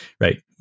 right